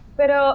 pero